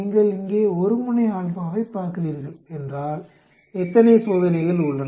நீங்கள் இங்கே ஒருமுனை ஆல்பாவைப் பார்க்கிறீர்கள் என்றால் எத்தனை சோதனைகள் உள்ளன